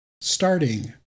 Starting